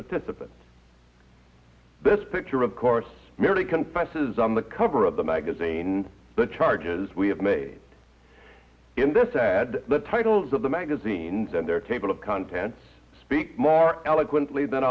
participants this picture of course merely confesses on the cover of the magazine the charges we have made in this ad the titles of the magazines and their table of contents speak more eloquently th